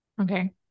Okay